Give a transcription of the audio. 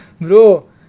bro